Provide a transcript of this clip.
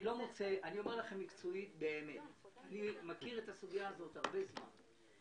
אני מכיר את הסוגיה הזאת הרבה זמן,